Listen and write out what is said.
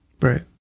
Right